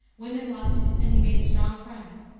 women loved him, and he made strong friends.